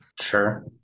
Sure